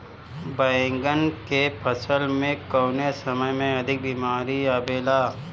बैगन के फसल में कवने समय में अधिक बीमारी आवेला?